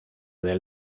del